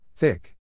Thick